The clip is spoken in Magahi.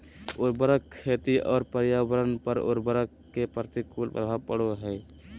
उर्वरक खेती और पर्यावरण पर उर्वरक के प्रतिकूल प्रभाव पड़ो हइ